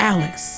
Alex